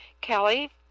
Kelly